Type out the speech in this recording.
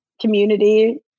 community